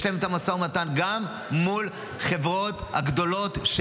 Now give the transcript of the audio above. יש להם משא ומתן גם מול חברות התרופות הגדולות.